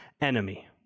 enemy